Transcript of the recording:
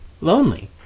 lonely